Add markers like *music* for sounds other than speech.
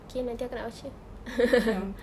okay nanti aku nak baca *laughs*